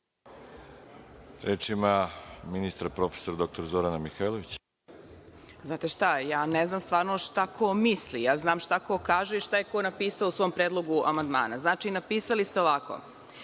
Reč ima ministar prof. dr Zorana Mihajlović. **Zorana Mihajlović** Znate šta, ne znam stvarno šta ko misli, znam šta ko kaže i šta je ko napisao u svom predlogu amandmana. Znači napisali ste ovako: